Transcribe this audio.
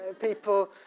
People